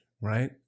right